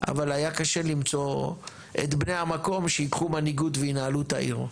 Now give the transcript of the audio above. אבל היה קשה למצוא את בני המקום שייקחו מנהיגות וינהלו את העיר.